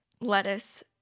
lettuce